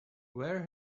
where